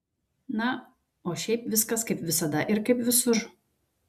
na o šiaip viskas kaip visada ir kaip visur